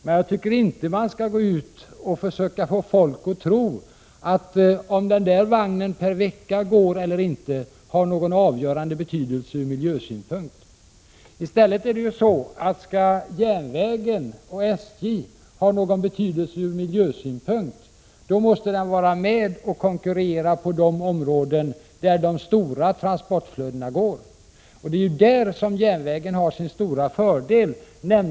Men jag tycker inte man skall försöka få folk att tro att det har någon avgörande betydelse ur miljösynpunkt om en vagn per vecka går eller inte. Om järnvägen och SJ skall ha någon betydelse ur miljösynpunkt, måste man vara med och konkurrera på de områden där de stora transportflödena går. Det är ju som masstransportmedel för gods som järnvägen har sin stora fördel.